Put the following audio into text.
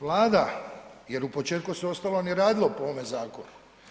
Vlada jer u početku se u ostalom … radilo po ovome zakonu.